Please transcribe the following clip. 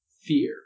fear